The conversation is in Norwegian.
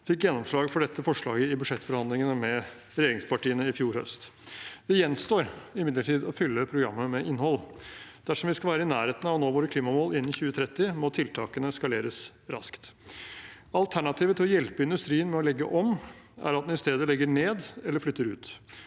fikk gjennomslag for dette forslaget i budsjettforhandlingene med regjeringspartiene i fjor høst. Det gjenstår imidlertid å fylle programmet med innhold. Dersom vi skal være i nærheten av å nå våre klimamål innen 2030, må tiltakene skaleres raskt. Alternativet til å hjelpe industrien ved å legge om, er at man i stedet legger ned eller flytter ut.